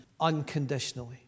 unconditionally